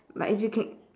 but if you can